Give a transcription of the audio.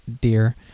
dear